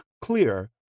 clear